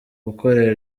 gukorera